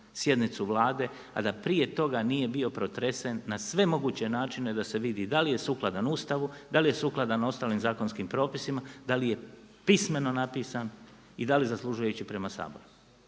sjednicu Vlade, a da prije toga nije bio protresen na sve moguće načine da se vidi da li je sukladan Ustavu, da li je sukladan ostalim zakonskim propisima, da li je pismeno napisan i da li zaslužuje ići prema Saboru.